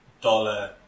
Dollar